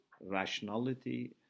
rationality